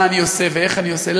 מה אני עושה ואיך אני עושה.